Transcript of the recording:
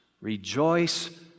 Rejoice